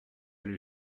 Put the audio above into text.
lui